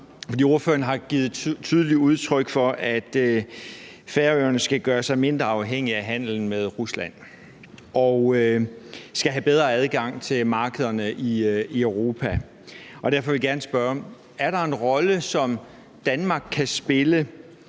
noget. Ordføreren har givet tydeligt udtryk for, at Færøerne skal gøre sig mindre afhængige af handelen med Rusland og skal have bedre adgang til markederne i Europa. Derfor vil jeg gerne spørge: Er der en rolle, som Danmark kan spille